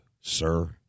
sir